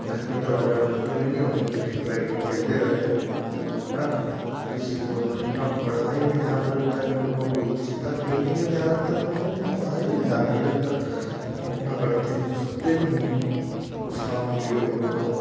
घर में दरवाजा बंद कर लेंगे वहीं पर के बैठ के खेलते रहते हैं हाँ किसी को ना पढ़ाई में ध्यान लगता है लोगों को जितना गेमिंग में ध्यान लगता लोगों को पढ़ाई में ध्यान नहीं लगता और ना पढ़ते हैं सुनते भी नहीं हैं कुछ काम के लिए बोलो तो